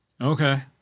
Okay